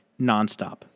nonstop